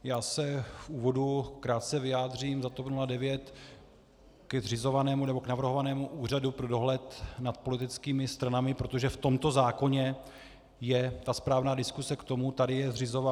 Já se v úvodu krátce vyjádřím za TOP 09 ke zřizovanému nebo k navrhovanému Úřadu pro dohled nad politickými stranami, protože v tomto zákoně je ta správná diskuse k tomu, tady je zřizován.